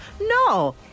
No